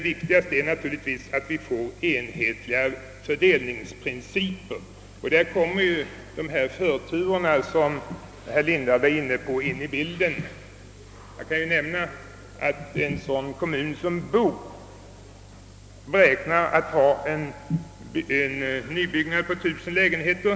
Viktigast är naturligtvis att vi får enhetliga fördelningsprinciper, och här kommer de förturer, som herr Lindahl talade om, in i bilden. Jag kan nämna att en sådan kommun som Boo räknar med ett nybyggande på 1 000 lägenheter.